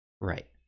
right